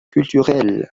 culturelles